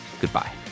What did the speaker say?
Goodbye